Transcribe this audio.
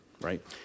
right